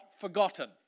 Forgotten